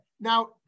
now